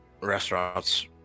restaurants